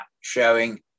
showing